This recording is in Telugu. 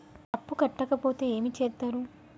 అప్పు కట్టకపోతే ఏమి చేత్తరు?